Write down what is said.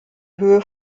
höhe